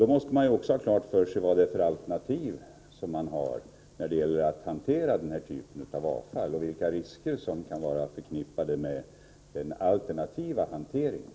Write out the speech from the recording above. Då måste man också ha klart för sig vilka alternativ man har när det gäller att hantera denna typ av avfall och vilka risker som kan vara förknippade med den alternativa hanteringen.